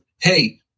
hey